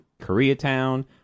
Koreatown